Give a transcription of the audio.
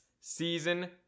season